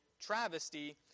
travesty